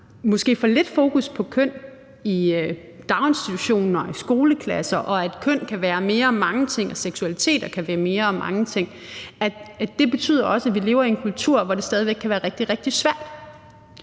måske har for lidt fokus på køn i daginstitutioner og i skoleklasser og på, at køn kan være mere og mange ting, og at seksualitet kan være mere og mange ting, også betyder, at vi lever i en kultur, hvor det stadig væk kan være rigtig,